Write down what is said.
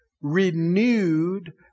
Renewed